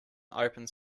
opened